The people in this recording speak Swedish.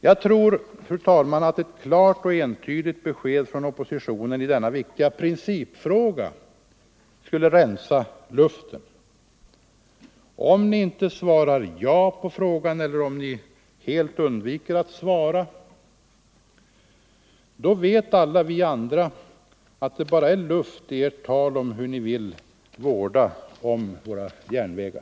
Jag tror, fru talman, att ett klart och entydigt besked från oppositionen i denna viktiga principfråga skulle rensa luften. Om ni inte svarar ja på frågan eller om ni helt undviker att svara vet alla vi andra att det bara är luft i ert tal om hur ni vill värna om våra järnvägar.